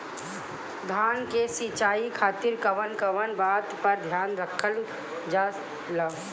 धान के सिंचाई खातिर कवन कवन बात पर ध्यान रखल जा ला?